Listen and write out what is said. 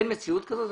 אין מציאות כזאת.